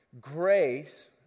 Grace